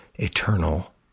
Eternal